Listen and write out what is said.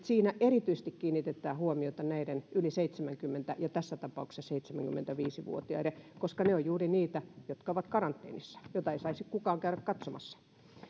siinä erityisesti kiinnitetään huomiota näihin yli seitsemänkymmentä ja tässä tapauksessa yli seitsemänkymmentäviisi vuotiaisiin koska he ovat juuri niitä jotka ovat karanteenissa joita ei saisi kukaan käydä katsomassa